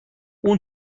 اون